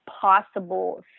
possible